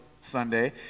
Sunday